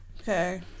Okay